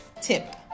tip